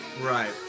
right